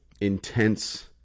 intense